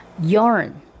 Yarn